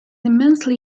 immensely